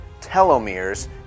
telomeres